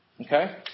Okay